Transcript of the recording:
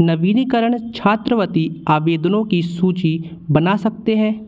नवीनीकरण छात्रवृत्ति आवेदनों की सूची बना सकते हैं